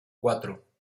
cuatro